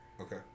okay